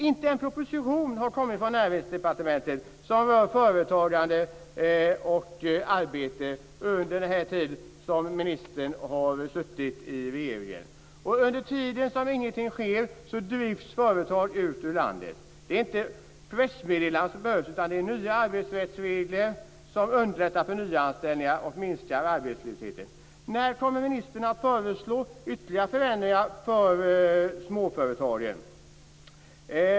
Inte en proposition som rör företagande och arbete har kommit från Näringsdepartementet under den tid ministern har suttit i regeringen. Under tiden som ingenting sker drivs företag ut ur landet. Det är inte pressmeddelanden som behövs utan nya arbetsrättsregler, som underlättar för nyanställningar och minskar arbetslösheten. När kommer ministern att föreslå ytterligare förändringar för småföretagen?